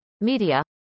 media